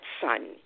son